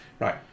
Right